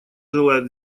желает